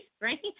right